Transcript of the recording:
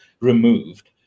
removed